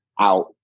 out